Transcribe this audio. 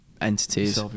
entities